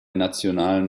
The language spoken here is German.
nationalen